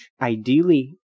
ideally